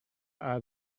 are